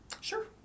Sure